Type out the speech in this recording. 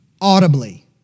audibly